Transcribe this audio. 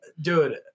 dude